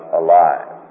alive